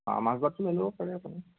অঁ মাজবাটটো লৈ ল'ব পাৰে আপুনি